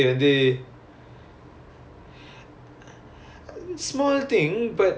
அவருக்கு இது எல்லாம் ஒன்னும்:avarukku ithu ellaam onnum like small thing right